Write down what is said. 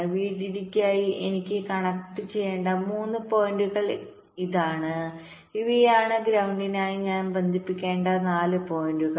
VDD യ്ക്കായി എനിക്ക് കണക്റ്റുചെയ്യേണ്ട 3 പോയിന്റുകൾ ഇതാണ് ഇവയാണ് ഗ്രൌണ്ടിനായി ഞാൻ ബന്ധിപ്പിക്കേണ്ട 4 പോയിന്റുകൾ